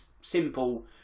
simple